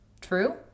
True